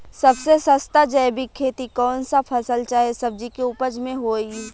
सबसे सस्ता जैविक खेती कौन सा फसल चाहे सब्जी के उपज मे होई?